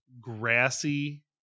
grassy